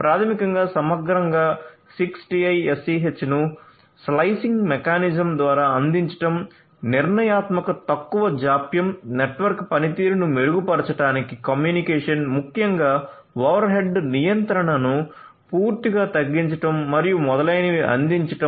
ప్రాథమికంగా సమగ్రంగా 6TiSCH ను స్లైసింగ్ మెకానిజం ద్వారా అందించడం నిర్ణయాత్మక తక్కువ జాప్యం నెట్వర్క్ పనితీరును మెరుగుపరచడానికి కమ్యూనికేషన్ ముఖ్యంగా ఓవర్హెడ్ నియంత్రణను పూర్తిగా తగ్గించడం మరియు మొదలైనవి అందించడం